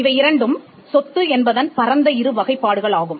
இவை இரண்டும் சொத்து என்பதன் பரந்த இரு வகைப்பாடுகள் ஆகும்